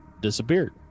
disappeared